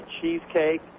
cheesecake